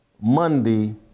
Monday